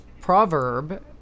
proverb